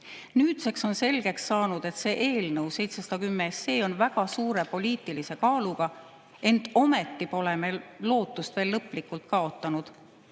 Nüüdseks on selgeks saanud, et see eelnõu, 710 SE, on väga suure poliitilise kaaluga, ent ometi pole me lootust veel lõplikult kaotanud.